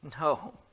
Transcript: No